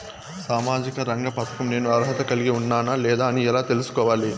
సామాజిక రంగ పథకం నేను అర్హత కలిగి ఉన్నానా లేదా అని ఎలా తెల్సుకోవాలి?